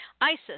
ISIS